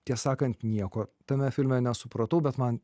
tiesą sakant nieko tame filme nesupratau bet man